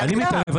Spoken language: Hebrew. אני מתערב.